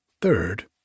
Third